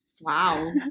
Wow